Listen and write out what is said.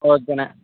ஓகேண்ணே